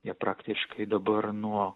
jie praktiškai dabar nuo